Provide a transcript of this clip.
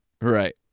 Right